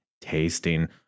tasting